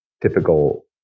typical